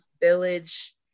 village